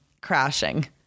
crashing